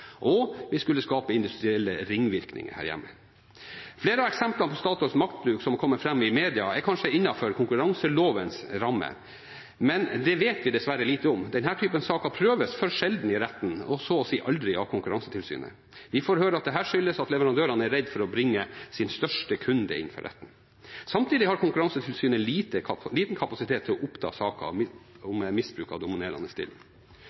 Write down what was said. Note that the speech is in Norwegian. og at vi skulle skape industrielle ringvirkninger her hjemme. Flere av eksemplene på Statoils maktbruk som har kommet fram i media, er kanskje innenfor konkurranselovens rammer, men det vet vi dessverre lite om. Denne typen saker prøves for sjelden i retten og så å si aldri av Konkurransetilsynet. Vi får høre at dette skyldes at leverandørene er redde for å bringe sin største kunde inn for retten. Samtidig har Konkurransetilsynet liten kapasitet til å oppta saker om misbruk av dominerende stilling.